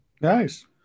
Nice